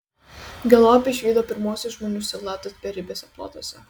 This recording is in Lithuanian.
galop išvydo pirmuosius žmonių siluetus beribiuose plotuose